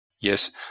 Yes